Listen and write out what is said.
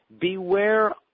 Beware